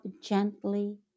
gently